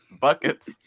Buckets